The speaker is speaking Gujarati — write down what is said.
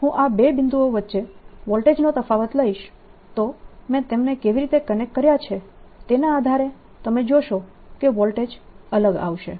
જ્યારે હું આ બે બિંદુઓ વચ્ચે વોલ્ટેજનો તફાવત લઈશ તો મેં તેમને કેવી રીતે કનેક્ટ કર્યા છે તેના આધારે તમે જોશો કે વોલ્ટેજ અલગ આવશે